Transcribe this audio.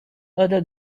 other